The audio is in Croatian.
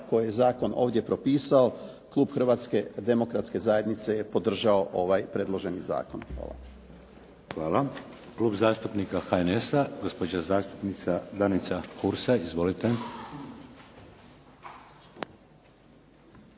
koje je zakon ovdje propisao, klub Hrvatske demokratske zajednice je podržao ovaj predloženi zakon. Hvala. **Šeks, Vladimir (HDZ)** Hvala. Klub zastupnika HNS-a, gospođa zastupnica Danica Hursa. Izvolite. **Hursa,